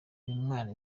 mwana